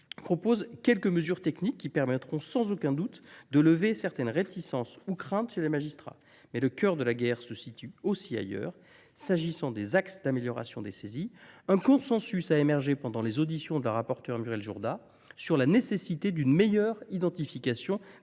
prévoit quelques mesures techniques qui permettront sans aucun doute de lever certaines réticences ou craintes chez les magistrats. Mais le nerf de la guerre se situe aussi ailleurs : en ce qui concerne les axes d’amélioration des saisies, un consensus a émergé pendant les auditions de la rapporteure Muriel Jourda sur la nécessité d’une meilleure identification des